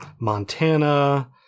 Montana